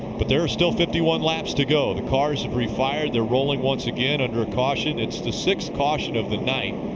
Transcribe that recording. but there is still fifty one laps to go. the cars have retired. they're rolling once again under a caution. it's the sixth caution of the night.